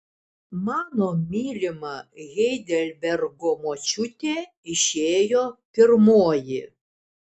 mano mylima heidelbergo močiutė išėjo pirmoji